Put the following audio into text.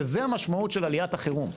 שזו המשמעות של עליית החירום,